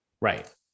Right